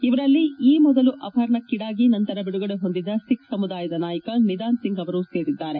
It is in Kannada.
ಇವರಲ್ಲಿ ಈ ಮೊದಲು ಅಪಪರಣಕ್ಷೀಡಾಗಿ ನಂತರ ಬಿಡುಗಡೆ ಹೊಂದಿದ್ದ ಸಿಖ್ ಸಮುದಾಯದ ನಾಯಕ ನಿದಾನ್ ಸಿಂಗ್ ಅವರೂ ಸೇರಿದ್ದಾರೆ